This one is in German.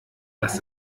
das